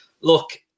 look